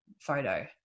photo